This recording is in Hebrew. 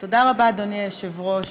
היושב-ראש,